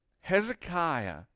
Hezekiah